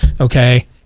okay